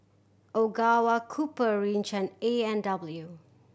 Ogawa Copper Ridge and A and W